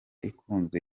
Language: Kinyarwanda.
ikunzwe